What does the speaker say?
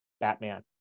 Batman